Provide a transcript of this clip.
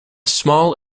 small